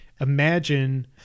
imagine